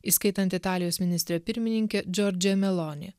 įskaitant italijos ministrę pirmininkę džordžiją meloni